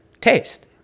taste